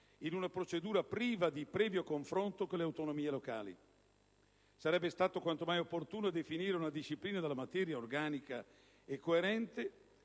in una procedura priva di previo confronto con le autonomie locali. Sarebbe stato quanto mai opportuno definire una disciplina della materia organica e coerente